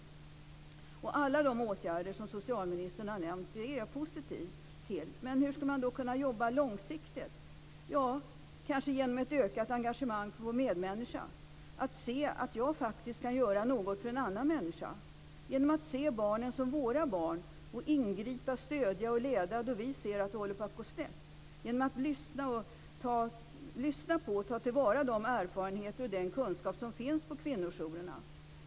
Jag är positiv till alla de åtgärder som socialministern har nämnt. Men hur skall man kunna jobba långsiktigt? Det kanske handlar om ett ökat engagemang för vår medmänniska. Jag kanske måste se att jag faktiskt kan göra något för en annan människa. Vi måste se barnen som våra barn och ingripa, stödja och leda då vi ser att det håller på att gå snett. Vi måste lyssna på och ta till vara de erfarenheter och den kunskap som finns på kvinnojourerna.